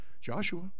Joshua